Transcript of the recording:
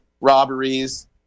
robberies